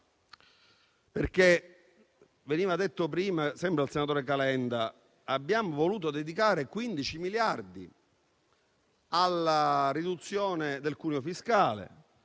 Veniva detto prima, sempre dal senatore Calenda, che abbiamo voluto dedicare 15 miliardi alla riduzione del cuneo fiscale.